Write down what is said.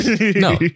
No